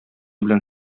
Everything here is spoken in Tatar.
белән